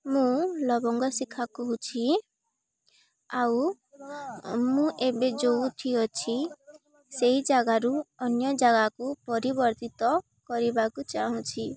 ମୁଁ ଲବଙ୍ଗ ଶିଖା କହୁଛି ଆଉ ମୁଁ ଏବେ ଯେଉଁଠି ଅଛି ସେଇ ଜାଗାରୁ ଅନ୍ୟ ଜାଗାକୁ ପରିବର୍ତ୍ତିତ କରିବାକୁ ଚାହୁଁଛି